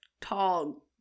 tall